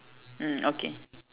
hmm okay